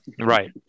Right